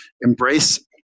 embrace